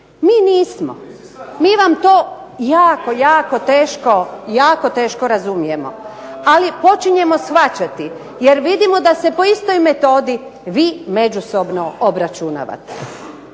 Mi nismo. Mi vam to jako, jako teško razumijemo. Ali počinjemo shvaćati jer vidimo da se po istoj metodi vi međusobno obračunavate.